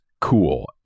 cool